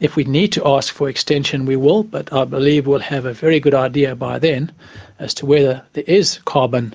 if we need to ask for extension we will. but i believe we'll have a very good idea by then as to whether there is carbon